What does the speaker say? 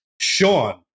Sean